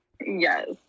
Yes